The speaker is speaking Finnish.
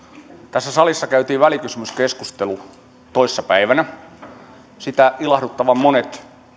tässä salissa käytiin välikysymyskeskustelu toissa päivänä ja ilahduttavan monet